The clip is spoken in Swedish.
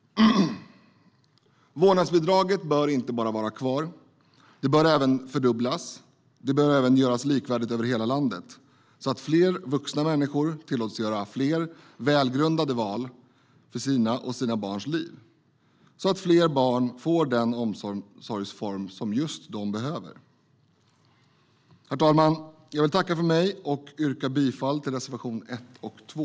Vårdnadsbidraget bör inte bara vara kvar. Det bör fördubblas. Det bör även göras likvärdigt över hela landet, så att fler vuxna människor tillåts göra fler välgrundade val för sina och sina barns liv, så att fler barn får den omsorgsform som just de behöver. Herr talman! Jag yrkar bifall till reservation 1 och 2.